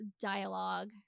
dialogue